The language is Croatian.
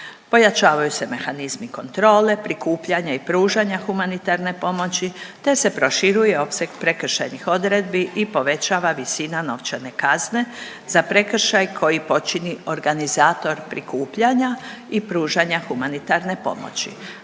pojačavaju se mehanizmi kontrole prikupljanja i pružanja humanitarne pomoći, te se proširuje opseg prekršajnih odredbi i povećava visini novčane kazne za prekršaj koji počini organizator prikupljanja i pružanja humanitarne pomoći,